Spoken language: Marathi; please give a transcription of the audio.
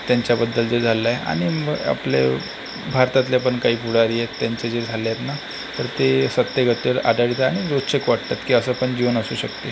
त्यांच्याबद्दल जे झाले आहे आणि मग आपले भारतातले पण काही पुढारी आहेत त्यांचे जे झाले आहेत ना तर ते सत्यघटनेवर आधारित आहे आणि रोचक वाटतात की असं पण जीवन असू शकते